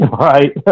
Right